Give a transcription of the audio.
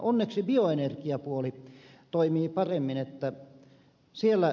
onneksi bioenergiapuoli toimii paremmin